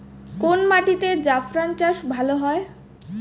কোন মাটিতে জাফরান চাষ ভালো হয়?